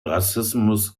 rassismus